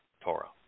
Torah